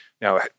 Now